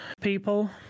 people